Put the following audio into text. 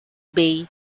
bay